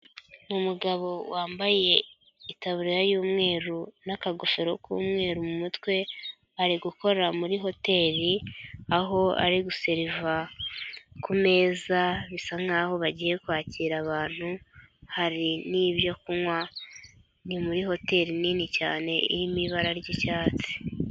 Umugabo wambaye, itaburiya y'umweru n'akagofero k'umweru mu mutwe, ari gukora muri hoteri. Aho ari guseriva ku meza bisa nkaho bagiye kwakira abantu, hari n'ibyo kunywa, ni muri hoteri nini cyane irimo ibara ry'icyatsi.